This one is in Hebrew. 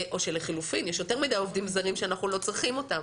או שלחילופין יש יותר מדי עובדים זרים שאנחנו לא צריכים אותם?